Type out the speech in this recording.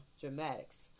Dramatics